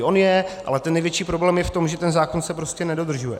On je, ale největší problém je v tom, že ten zákon se prostě nedodržuje.